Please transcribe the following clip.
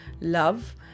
love